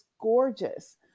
gorgeous